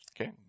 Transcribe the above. Okay